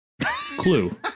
Clue